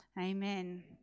Amen